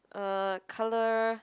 uh colour